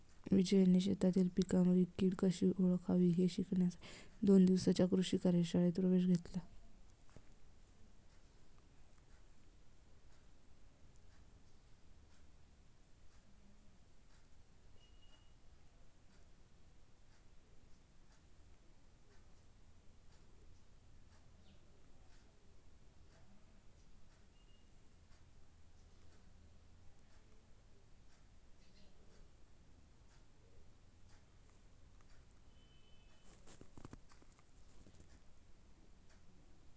विजयने शेतीतील पिकांवरील कीड कशी ओळखावी हे शिकण्यासाठी दोन दिवसांच्या कृषी कार्यशाळेत प्रवेश घेतला